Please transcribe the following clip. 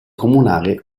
comunale